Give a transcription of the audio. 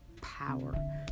power